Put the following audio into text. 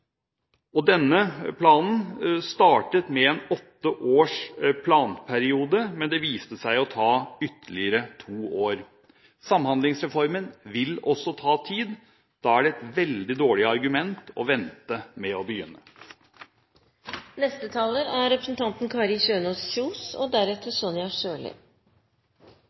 bor. Denne planen startet med en åtte års planperiode, men det viste seg å ta ytterligere to år. Samhandlingsreformen vil også ta tid. Da er det et veldig dårlig argument å vente med å begynne. Norge har i det store og